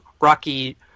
Rocky